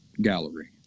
gallery